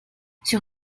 sur